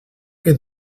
que